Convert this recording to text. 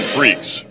Freaks